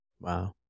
Wow